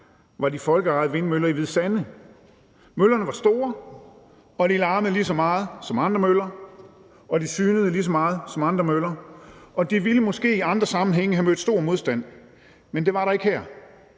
var de folkeejede vindmøller i Hvide Sande. Møllerne var store, og de larmede lige så meget som andre møller, og de synede lige så meget som andre møller, og de ville måske i andre sammenhænge have mødt stor modstand, men det var der ikke her.